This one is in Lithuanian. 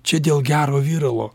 čia dėl gero viralo